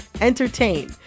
entertain